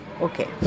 Okay